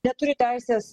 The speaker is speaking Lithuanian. neturiu teisės